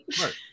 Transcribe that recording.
right